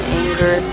anger